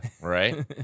right